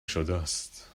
شدهست